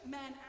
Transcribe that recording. men